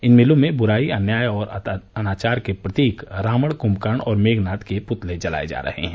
इन मेलों में ब्राई अन्याय और अनाचार के प्रतीक रावण कृम्भकर्ण और मेघनाद के पुतले जलाए जा रहे हैं